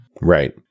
Right